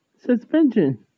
Suspension